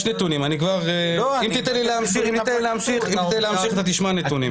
יש נתונים, אם תיתן לי להמשיך אתה תשמע נתונים.